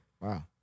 wow